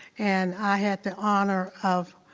and i had the honor of